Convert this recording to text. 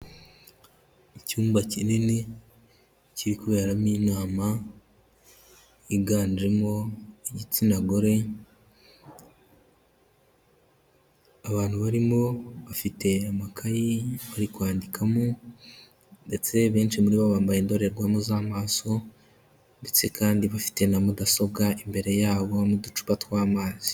Icyumba kinini kiri kuberamo inama yiganjemo igitsina gore, abantu barimo bafite amakayi bari kwandikamo ndetse abenshi muri bo bambaye indorerwamo z'amaso ndetse kandi bafite na mudasobwa imbere yabo n'uducupa tw'amazi.